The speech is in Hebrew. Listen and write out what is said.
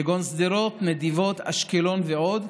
שדרות, נתיבות, אשקלון ועוד,